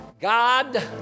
God